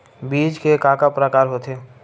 बीज के का का प्रकार होथे?